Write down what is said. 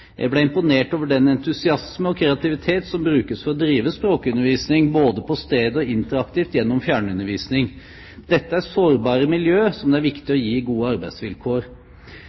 Jeg ble imponert over den entusiasme og kreativitet som brukes for å drive språkundervisning både på stedet og interaktivt gjennom fjernundervisning. Dette er sårbare miljø som det er viktig å gi gode arbeidsvilkår.